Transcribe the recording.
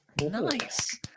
nice